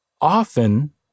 often